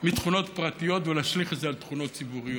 מתכונות פרטיות ולהשליך את זה על תכונות ציבוריות.